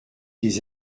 des